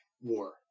war